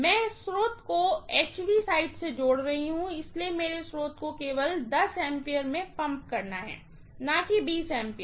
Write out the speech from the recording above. मैं स्रोत को HV साइड से जोड़ रही हूँ इसलिए मेरे स्रोत को केवल 10 A में पंप करना है न कि 20 A